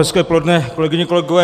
Hezké poledne, kolegyně, kolegové.